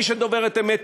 מי שדוברת אמת,